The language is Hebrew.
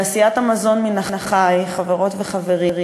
תעשיית המזון מן החי, חברות וחברים,